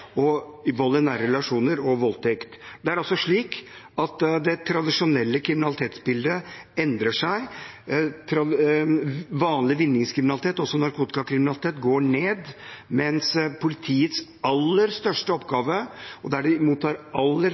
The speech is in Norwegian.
i Norge mot vold i nære relasjoner og voldtekt. Det er slik at det tradisjonelle kriminalitetsbildet endrer seg. Vanlig vinningskriminalitet og også narkotikakriminalitet går ned, mens politiets aller største oppgave – og der de mottar aller